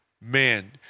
Man